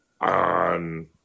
on